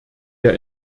der